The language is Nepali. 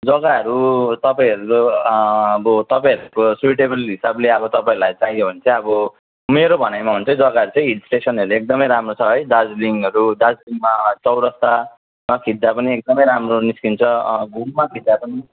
जग्गाहरू तपाईँहरू अब तपाईँहरूको सुइटेबल हिसाबले अब तपाईँहरूलाई चाहियो भने चाहिँ अब मेरो भनाइमा हो भने चाहिँ जग्गाहरू चाहिँ हिल स्टेसनहरू नै एकदमै राम्रो छ है दार्जिलिङहरू दार्जिलिङमा चौरस्तामा खिच्दा पनि एकदमै राम्रो निस्किन्छ घुममा खिच्दा पनि